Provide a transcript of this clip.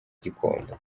gikondo